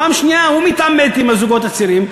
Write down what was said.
ופעם שנייה הוא מתעמת עם הזוגות הצעירים,